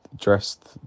dressed